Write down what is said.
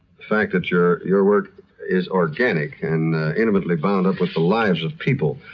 fact that your your work is organic and intimately bound up with the lives of people.